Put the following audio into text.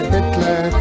Hitler